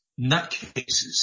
nutcases